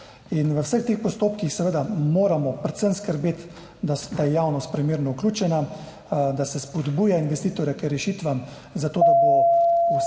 In v vseh teh postopkih seveda moramo predvsem skrbeti, da je javnost primerno vključena, da se spodbuja investitorje k rešitvam, zato da bodo vsi